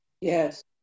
yes